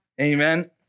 Amen